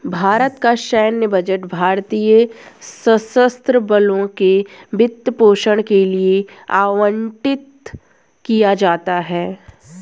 भारत का सैन्य बजट भारतीय सशस्त्र बलों के वित्त पोषण के लिए आवंटित किया जाता है